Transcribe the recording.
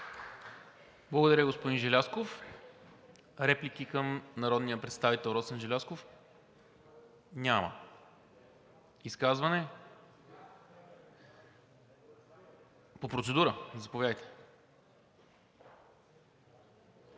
Благодаря, господин Желязков. Реплики към народния представител Росен Желязков? Няма. Изказвания? Процедура? Заповядайте.